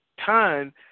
time